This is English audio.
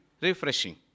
refreshing